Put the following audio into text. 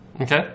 okay